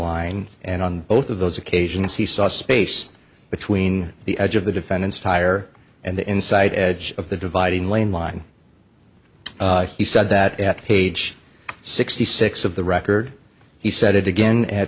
line and on both of those occasions he saw space between the edge of the defendant's tire and the inside edge of the dividing line he said that at page sixty six of the record he said it again at